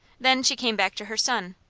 then she came back to her son,